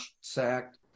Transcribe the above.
sacked